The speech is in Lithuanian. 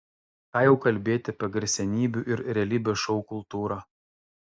ką jau kalbėti apie garsenybių ir realybės šou kultūrą